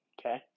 okay